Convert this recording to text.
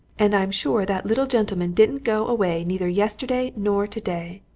and i'm sure that little gentleman didn't go away neither yesterday nor today.